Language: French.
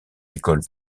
écoles